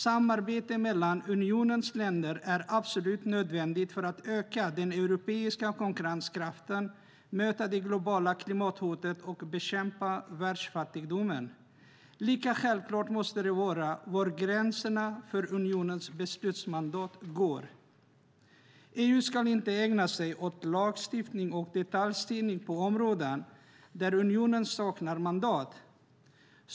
Samarbete mellan unionens länder är absolut nödvändigt för att öka den europeiska konkurrenskraften, möta det globala klimathotet och bekämpa världsfattigdomen. Lika självklart måste det vara var gränserna för unionens beslutsmandat går. EU ska inte ägna sig åt lagstiftning och detaljstyrning på områden där unionen saknar mandat.